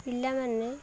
ପିଲାମାନେ